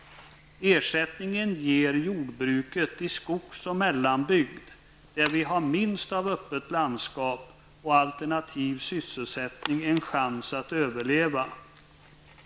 Ersättningen ger jordbruket i skogs och mellanbygd -- där vi har minst av öppet landskap och alternativ sysselsättning -- en chans att överleva.